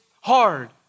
hard